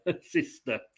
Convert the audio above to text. sister